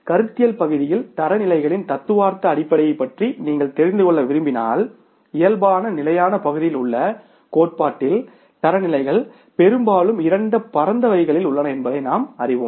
கருத்தியல் பகுதியில் தரநிலைகளின் தத்துவார்த்த அடிப்படையைப் பற்றி நீங்கள் தெரிந்து கொள்ள விரும்பினால் இயல்பான நிலையான பகுதியிலுள்ள கோட்பாட்டில் தரநிலைகள் பெரும்பாலும் இரண்டு பரந்த வகைகளில் உள்ளன என்பதை நாம் அறியலாம்